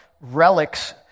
relics